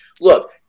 look